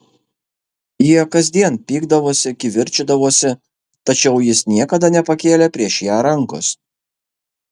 jie kasdien pykdavosi kivirčydavosi tačiau jis niekada nepakėlė prieš ją rankos